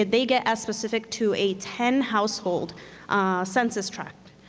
they get as specific to a ten household census tract.